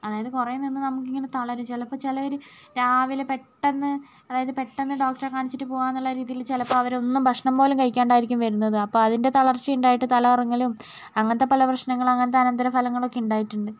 അതായത് കുറേ നിന്ന് നമുക്കിങ്ങനെ തളരും ചിലപ്പോൾ ചിലവർ രാവിലെ പെട്ടെന്ന് അതായത് പെട്ടെന്ന് ഡോക്ടറെ കാണിച്ചിട്ട് പോകാം എന്നുള്ള രീതിയിൽ ചിലപ്പോൾ അവരൊന്നും ഭക്ഷണം പോലും കഴിക്കാണ്ട് ആയിരിക്കും വരുന്നത് അപ്പോൾ അതിൻ്റെ തളർച്ച ഉണ്ടായിട്ട് തല കറങ്ങലും അങ്ങനത്തെ പല പ്രശ്നങ്ങളും അങ്ങനത്തെ അനന്തര ഫലങ്ങളൊക്കെ ഉണ്ടായിട്ടുണ്ട്